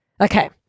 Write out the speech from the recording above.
Okay